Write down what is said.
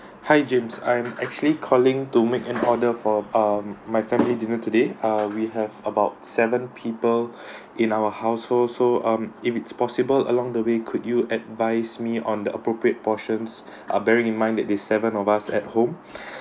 hi james I'm actually calling to make an order for um my family dinner today ah we have about seven people in our household so um if it's possible along the way could you advise me on the appropriate portions ah bearing in mind that the seven of us at home